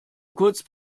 kurz